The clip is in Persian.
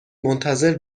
منتظر